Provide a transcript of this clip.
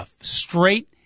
straight